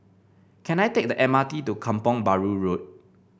can I take the M R T to Kampong Bahru Road